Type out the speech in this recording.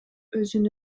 өзүн